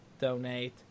donate